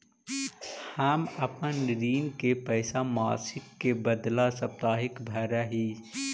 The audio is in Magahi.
हम अपन ऋण के पैसा मासिक के बदला साप्ताहिक भरअ ही